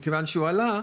מכיוון שהוא עלה,